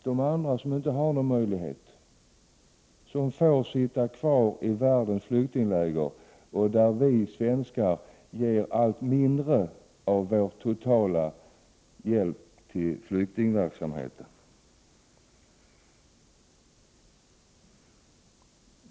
De andra, som inte har någon möjlighet, som får vara kvar i flyktinglägren, till vilka vi svenskar ger allt mindre av vår totala hjälp till flyktingverksamheten?